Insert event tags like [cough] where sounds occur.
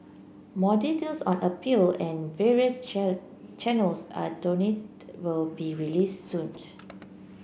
more details on appeal and various [unintelligible] channels are donate will be released soon